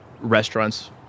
restaurants